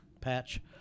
patch